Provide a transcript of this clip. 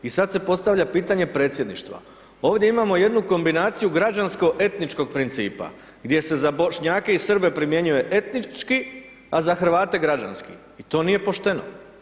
I sad se postavlja pitanje predsjedništva, ovdje imamo jednu kombinaciju građansko-etničkog principa gdje se za Bošnjake i Srbe primjenjuje etnički, a za Hrvate građanski i to nije pošteno.